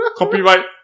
Copyright